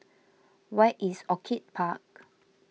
where is Orchid Park